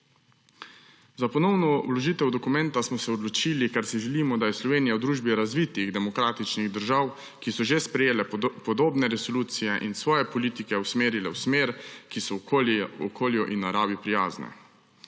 Za ponovno vložitev dokumenta smo se odločili, ker si želimo, da je Slovenija v družbi razvitih demokratičnih držav, ki so že sprejele podobne resolucije in svoje politike usmerile v smer, ki so okolju in naravi prijazne.